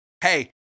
hey